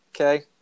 Okay